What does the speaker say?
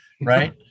right